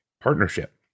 partnership